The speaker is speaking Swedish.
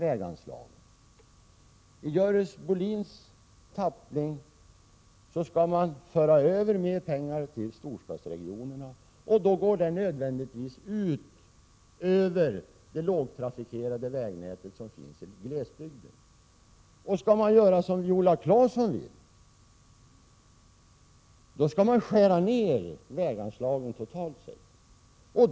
Enligt Görel Bohlins förslag skall pengar överföras till storstadsregionerna. Detta går nödvändigtvis ut över det lågtrafikerade vägnät som finns i glesbygden. Om man skall göra som Viola Claesson vill, skall man skära ned väganslaget som helhet.